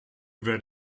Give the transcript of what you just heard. werd